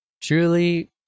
truly